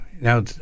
now